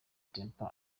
temple